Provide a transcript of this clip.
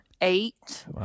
eight